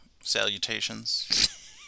salutations